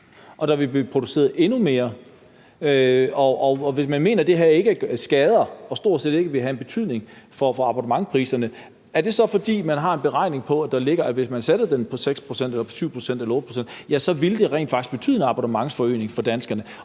og der vil blive produceret endnu mere. Og hvis man mener, at det her ikke skader, og at det stort set ikke vil have en betydning for abonnementspriserne, er det så, fordi man har en beregning på det? Eller vurderer man, hvis man sætter det på 6 pct., på 7 pct. eller på 8 pct., så rent faktisk, at det ikke vil betyde en abonnementsforøgning for danskerne